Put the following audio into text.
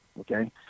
okay